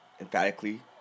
emphatically